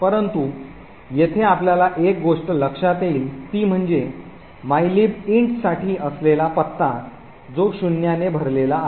परंतु येथे आपल्याला एक गोष्ट लक्षात येईल ती म्हणजे mylib int साठी असलेला पत्ता जो शून्याने भरलेला आहे